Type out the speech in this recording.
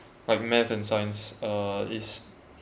like math and science uh is